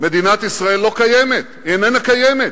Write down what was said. מדינת ישראל לא קיימת, היא איננה קיימת,